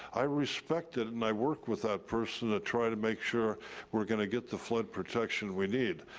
i respect it and i work with that person to try to make sure we're gonna get the flood protection we need.